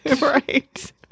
Right